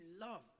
love